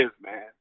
man